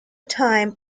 time